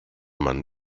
man